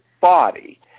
body